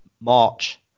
March